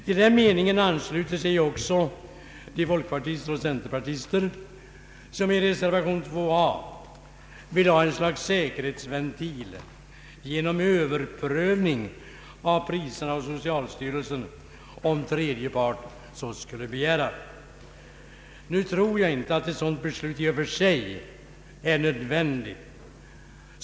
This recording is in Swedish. Till den meningen ansluter sig också de folkpartister och centerpartister som i reservation 2 a vill ha ett slags säkerhetsventil genom överprövning av priserna hos socialstyrelsen, om tredje part så skulle begära. Nu tror jag inte att ett sådant beslut i och för sig är nödvändigt.